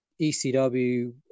ECW